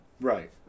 Right